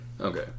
okay